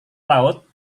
laut